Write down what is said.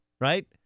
Right